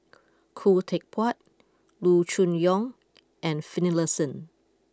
Khoo Teck Puat Loo Choon Yong and Finlayson